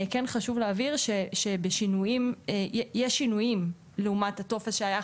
כן חשוב להבהיר שיש שינויים לעומת הטופס שהייתה